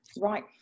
Right